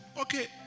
okay